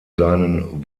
seinen